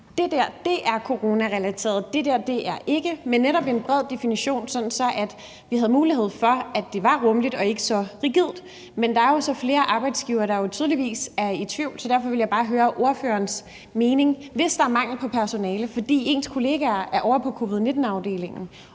Det der er coronarelateret; det der er ikke. Men det skulle netop være en bred definition, så vi havde mulighed for at gøre det rummeligt og ikke så rigidt. Men der er jo så flere arbejdsgivere, der tydeligvis er i tvivl, så derfor ville jeg bare høre ordførerens mening om det. Hvis der er mangel på personale, fordi ens kolleger er ovre på covid-19-afdelingen,